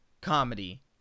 comedy